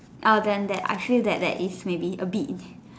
uh then that I feel that that there is maybe a bit